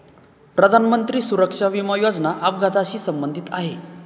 प्रधानमंत्री सुरक्षा विमा योजना अपघाताशी संबंधित आहे